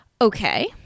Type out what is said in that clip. Okay